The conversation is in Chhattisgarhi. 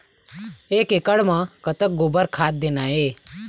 एक एकड़ म कतक गोबर खाद देना ये?